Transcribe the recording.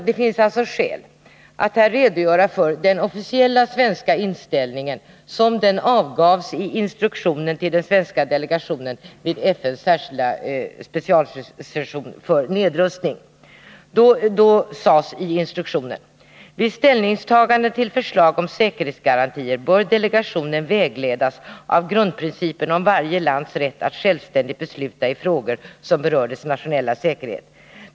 Det finns alltså skäl att här redogöra för den officiella svenska inställningen, som den uttrycktes i instruktionen till den svenska delegationen vid FN:s specialsession för nedrustning. Då sades i instruktionen: Vid ställningstaganden till förslag om säkerhetsgarantier bör delegationen vägledas av grundprincipen om varje lands rätt att självständigt besluta i frågor som berör dess nationella säkerhet.